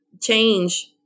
change